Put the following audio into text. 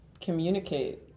communicate